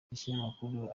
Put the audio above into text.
ikinyamakuru